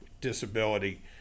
disability